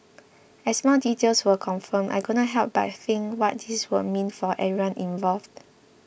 as more details were confirmed I couldn't help but think what this would mean for everyone involved